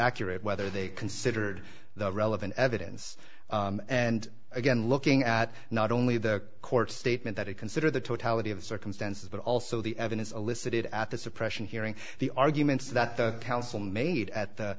accurate whether they considered the relevant evidence and again looking at not only the court's statement that they consider the totality of circumstances but also the evidence alissa did at the suppression hearing the arguments that the counsel made at the